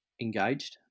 engaged